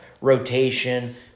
rotation